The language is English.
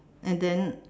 and then